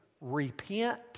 Repent